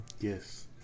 Yes